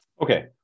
okay